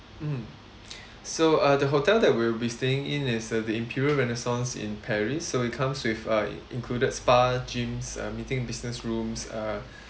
mmhmm so uh the hotel that will be staying in is the imperial renaissance in paris so it comes with uh included spa gyms uh meeting business room uh